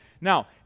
Now